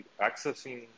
Accessing